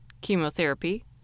chemotherapy